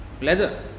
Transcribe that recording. leather